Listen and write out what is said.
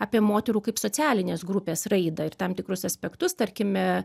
apie moterų kaip socialinės grupės raidą ir tam tikrus aspektus tarkime